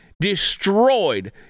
destroyed